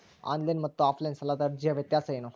Online ಮತ್ತು offline ಸಾಲದ ಅರ್ಜಿಯ ವ್ಯತ್ಯಾಸ ಏನು?